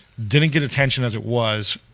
didn't get attention as it was.